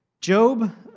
Job